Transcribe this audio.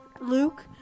Luke